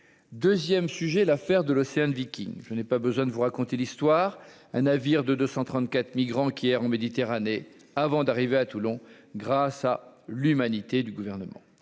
2ème sujet : l'affaire de l'Océan Viking, je n'ai pas besoin de vous raconter l'histoire, un navire de 234 migrants qui errent en Méditerranée avant d'arriver à Toulon grâce à l'humanité du gouvernement,